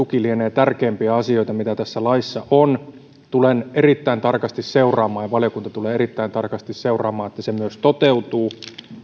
tuki lienee tärkeimpiä asioita mitä tässä laissa on tulen erittäin tarkasti seuraamaan ja valiokunta tulee erittäin tarkasti seuraamaan että se myös toteutuu